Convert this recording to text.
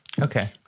Okay